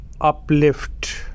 uplift